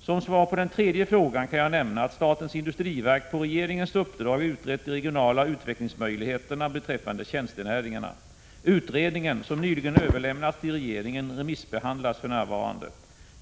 Som svar på den tredje frågan kan jag nämna att statens industriverk på regeringens uppdrag utrett de regionala utvecklingsmöjligheterna beträffande tjänstenäringarna. Utredningen, som nyligen överlämnats till regeringen, remissbehandlas för närvarande.